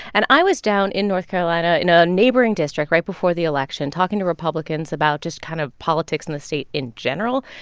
and i was down in north carolina in a neighboring district right before the election, talking to republicans about just kind of politics in the state in general.